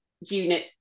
unit